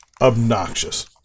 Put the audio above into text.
obnoxious